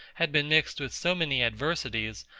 had been mixed with so many adversities,